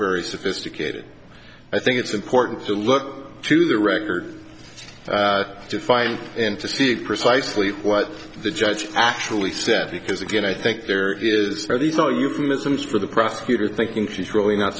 very sophisticated i think it's important to look to the record to find and to see the precisely what the judge actually said because again i think there is no these are euphemisms for the prosecutor thinking she's really not